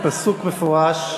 זה פסוק מפורש: